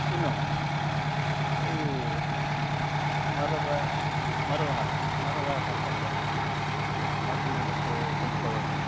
ಇನ್ನು ಒಂದು ಈ ಮರದ ಮರದ ಆಟ ಮರದ ಆಟ ಅಂತಂದರೆ ಮರದ ಮೇಲೆ ಕೂತ್ಕೊಳ್ಳೋದು